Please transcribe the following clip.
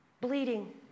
bleeding